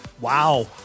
Wow